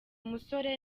musore